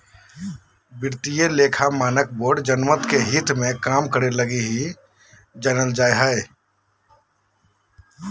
वित्तीय लेखा मानक बोर्ड जनमत के हित मे काम करे लगी ही जानल जा हय